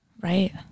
Right